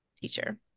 teacher